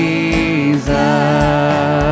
Jesus